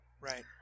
Right